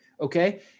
Okay